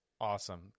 Awesome